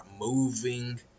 moving